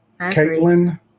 Caitlin